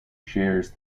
shares